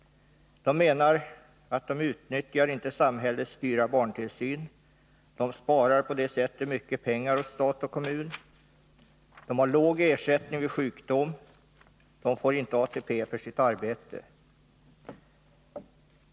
De menar att de genom att inte utnyttja samhällets dyra barntillsyn sparar mycket pengar åt stat och kommun. De har låg ersättning vid sjukdom. De ” får ingen ATP för sitt arbete.